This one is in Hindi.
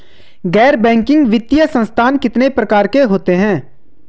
गैर बैंकिंग वित्तीय संस्थान कितने प्रकार के होते हैं?